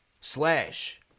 slash